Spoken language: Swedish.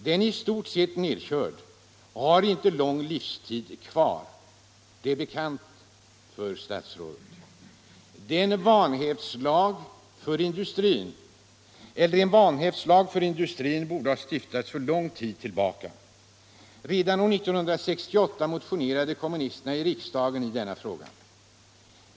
Den är i stort sett nedkörd och har inte lång livstid kvar. Det är bekant för statsrådet. En ”vanhävdslag” för industrin borde ha stiftats för lång tid sedan. Redan år 1968 motionerade kommunisterna i riksdagen i denna fråga.